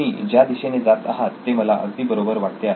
तुम्ही ज्या दिशेने जात आहात ते मला अगदी बरोबर वाटते आहे